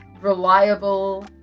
reliable